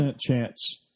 chance